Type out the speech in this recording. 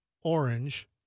Orange